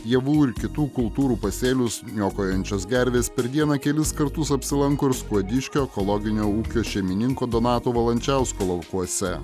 javų ir kitų kultūrų pasėlius niokojančios gervės per dieną kelis kartus apsilanko ir skuodiškio ekologinio ūkio šeimininko donato valančiausko laukuose